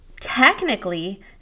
technically